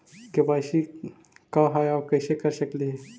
KYC का है, और कैसे कर सकली हे?